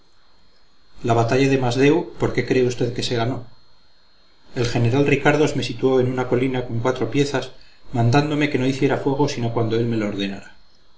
la batalla de masdeu por qué cree usted que se ganó el general ricardos me situó en una colina con cuatro piezas mandándome que no hiciera fuego sino cuando él me lo ordenara